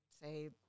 say